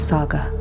Saga